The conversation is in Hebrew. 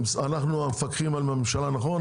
אנחנו מפקחים על הממשלה, נכון?